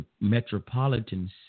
metropolitan